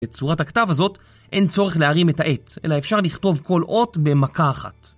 בצורת הכתב הזאת אין צורך להרים את העט, אלא אפשר לכתוב כל אות במכה אחת.